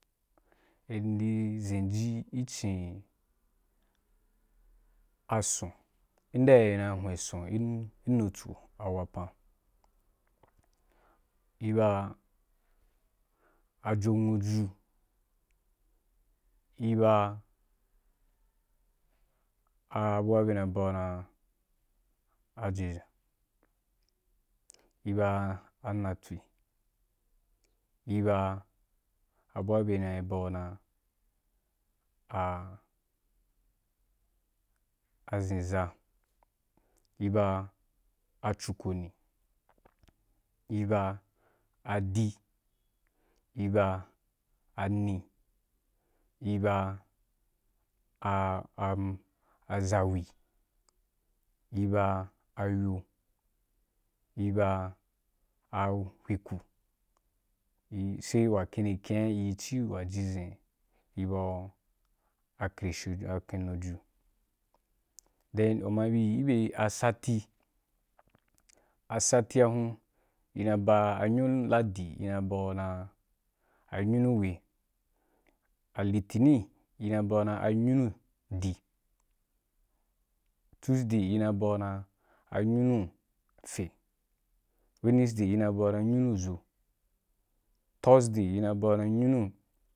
Mdi zeiji yi ci asun, yenda i na hwen a sun gi nutsu a wapan. I ba a jon nwi ju, i ba a a bua bye na bawu dan ajenʒan, i ba a na tswi, i ba a bua bye na ba ru daí a zen zan, i ba a cukunu, í ba adí, i ba a mu, i baa a a za wi, i ba a yo, i ba a a hwiku, sai wakhini kenyi ci yi wa ji zhen, i ba u a keshu a kennu ju. Then u ma yi bi a yi bye sati, a sati a hun, i na yi ba a nyunu ladi i na yi ba’u den a nyunu weì, a litinin u na yi bau dan a nyunu di, tuesday ina yi bau̍ dan a nyunu tse, wednseday ina yi bau̍ dan a nyunu zo, thursday ina yi bau dan nyunu.